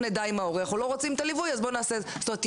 זאת אומרת,